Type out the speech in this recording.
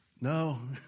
No